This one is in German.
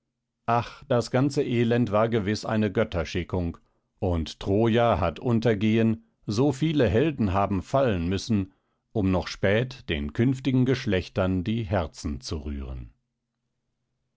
ach das ganze elend war gewiß eine götterschickung und troja hat untergehen so viele helden haben fallen müssen um noch spät den künftigen geschlechtern die herzen zu rühren